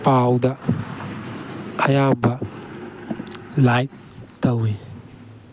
ꯄꯥꯎꯗ ꯑꯌꯥꯝꯕ ꯂꯥꯏꯛ ꯇꯧꯏ